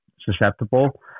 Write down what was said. susceptible